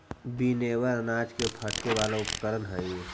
winnower अनाज के फटके वाला उपकरण हई